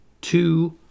two